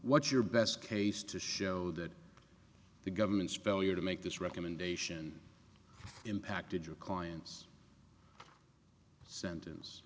what's your best case to show that the government's failure to make this recommendation impacted your client's sentence